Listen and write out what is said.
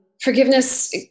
forgiveness